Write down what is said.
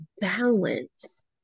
balance